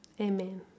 amen